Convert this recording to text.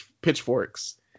pitchforks